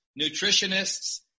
nutritionists